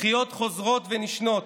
דחיות חוזרות ונשנות,